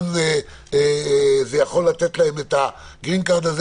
זה יכול לתת להם את הכרטיס הירוק הזה,